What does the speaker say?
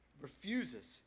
refuses